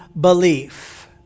belief